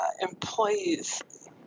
employees